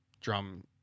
drum